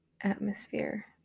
atmosphere